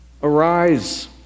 Arise